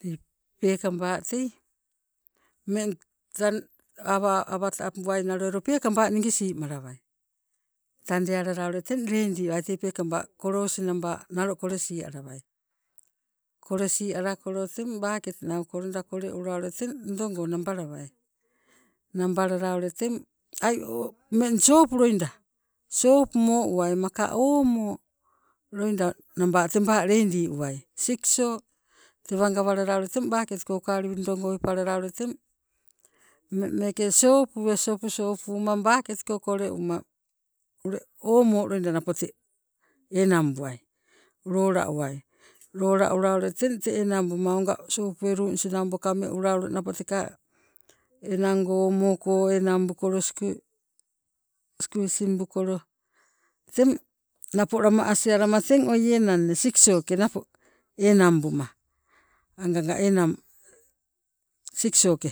Tee peekaba tei ummeng tang awa awa tabuai nalo elo peekamba ningi simalawai, tande alala teng ule ledi alawai tei peekamba kolos naba nalo kolesi alawai. Kolesi alakolo teng baket nauko loida kole ula teng ndo go nabalawai, nabalala ule teng ai ummeng sopu loida, sop mo uwai maka omo loida naba teba ledi uwai sikso tewa gawalala teng baket ukauli ndo go wepalala ule teng ummeng meeke sopue sopu sopuma baket ko kole uma ule omo loida napo te enangbuai lola uwai, lola ula teng tee enang oga sopue luunisi nambo kame ula napo teka enango omo ko enangbukolo squeezing bukolo teng napo lama asialama teng oi enangne siksoke napo enangbuma angaga enang siksoke